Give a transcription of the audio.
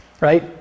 Right